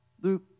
Luke